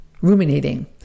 Ruminating